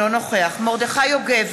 אינו נוכח מרדכי יוגב,